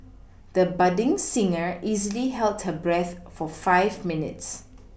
the budding singer easily held her breath for five minutes